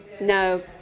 No